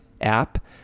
app